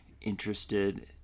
interested